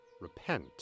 Repent